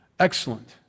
Excellent